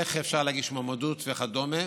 איך אפשר להגיש מועמדות וכדומה.